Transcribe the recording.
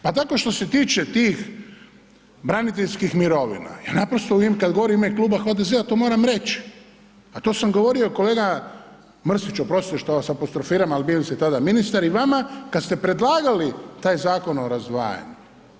Pa dakle što se tiče tih braniteljskih mirovina, ja naprosto kad govorim u ime Kluba HDZ-a to moram reći, a to sam govorio kolega Mrsić oprostite što vas apostrofiram, ali bili ste tada ministar i vama kad ste predlagali taj zakon o razdvajanju.